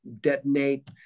detonate